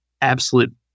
absolute